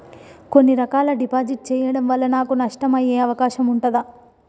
కొన్ని రకాల డిపాజిట్ చెయ్యడం వల్ల నాకు నష్టం అయ్యే అవకాశం ఉంటదా?